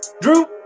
Drew